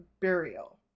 burial